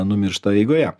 numiršta eigoje